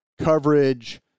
coverage